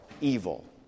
evil